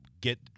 get